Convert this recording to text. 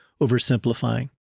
oversimplifying